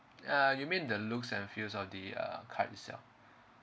uh you mean the looks and use of the uh card itself